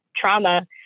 trauma